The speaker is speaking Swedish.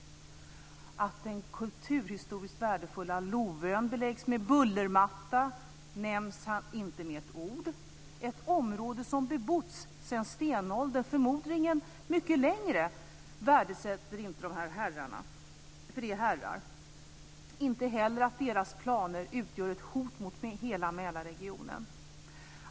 Att den kulturhistoriskt värdefulla Lovön beläggs med en bullermatta nämns inte med ett ord. De här herrarna - det är nämligen herrar - värdesätter inte ett område som har bebotts sedan stenåldern och förmodligen mycket längre. Deras planer utgör ett hot mot hela Mälarregionen.